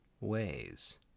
ways